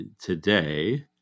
today